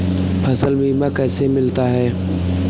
फसल बीमा कैसे मिलता है?